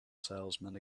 salesman